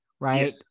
Right